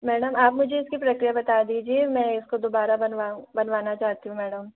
madam आप मुझे इसकी प्रक्रिया बता दीजिए मैं इसको दुबारा बनवा बनवाना चाहती हूँ मैडम